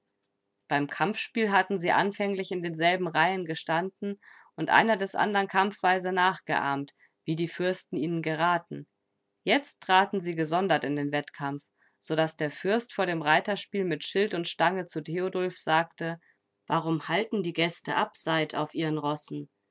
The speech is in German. beim kampfspiel hatten sie anfänglich in denselben reihen gestanden und einer des anderen kampfweise nachgeahmt wie die fürsten ihnen geraten jetzt traten sie gesondert in den wettkampf so daß der fürst vor dem reiterspiel mit schild und stange zu theodulf sagte warum halten die gäste abseit auf ihren rossen